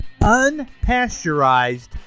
unpasteurized